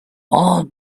all